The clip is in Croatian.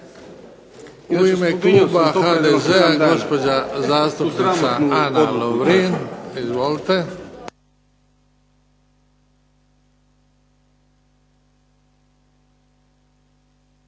U ime kluba HDZ-a gospođa zastupnica Ana Lovrin. Izvolite.